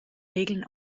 regeln